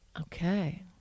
Okay